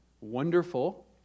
wonderful